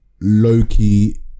Loki